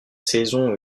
saisons